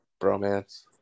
Bromance